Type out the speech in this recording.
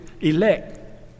elect